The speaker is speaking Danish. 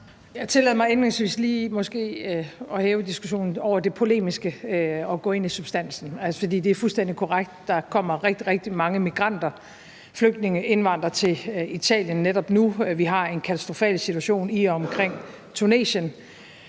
Jeg tillader mig indledningsvis måske lige at hæve diskussionen op over det polemiske og gå ind i substansen, for det er fuldstændig korrekt, at der kommer rigtig, rigtig mange migranter, flygtninge og indvandrere til Italien netop nu. Vi har en katastrofal situation i og omkring Tunesien,